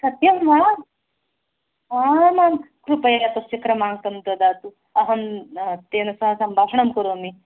सत्यं वा आमां कृपया तस्य क्रमातं ददातु अहं तेन सह सम्भाषणं करोमि